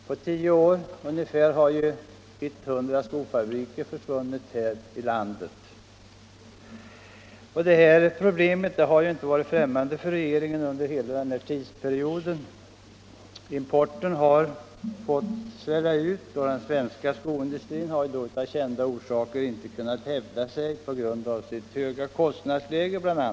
På tio år har ungefär 100 skofabriker försvunnit här i landet. Det här problemet har inte varit främmande för regeringen under hela denna tidsperiod. Importen har fått svälla ut och den svenska skoindustrin har av kända orsaker inte kunnat hävda sig, bl.a. på grund av sitt höga kostnadsläge.